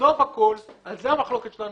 זאת אומרת,